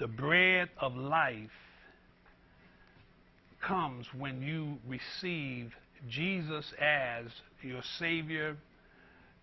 the breath of life comes when you receive jesus as your savior